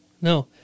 No